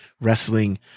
wrestling